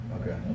okay